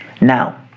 now